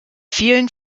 vielen